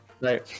Right